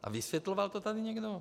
A vysvětloval to tady někdo?